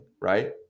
right